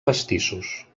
pastissos